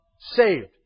saved